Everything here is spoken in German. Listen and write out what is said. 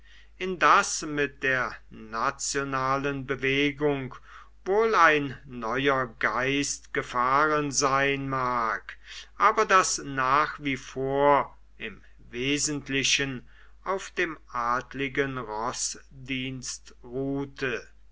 in das mit der nationalen bewegung wohl ein neuer geist gefahren sein mag aber das nach wie vor im wesentlichen auf dem adligen roßdienst ruhte